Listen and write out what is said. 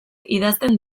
idazten